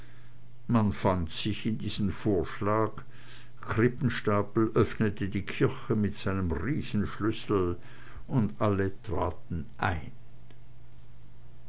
man fand sich in diesen vorschlag krippenstapel öffnete die kirche mit seinem riesenschlüssel und alle traten ein